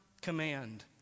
command